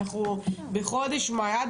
אנחנו בחודש מאי ואין